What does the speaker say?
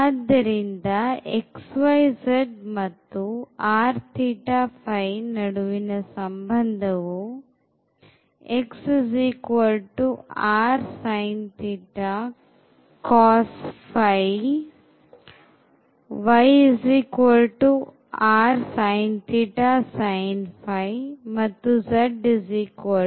ಆದ್ದರಿಂದ xyz ಮತ್ತು rθϕ ನಡುವಿನ ಸಂಬಂಧವು xrsin cos ಮತ್ತು yrsin sin ಮತ್ತು zrcos